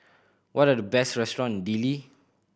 what are the best restaurant Dili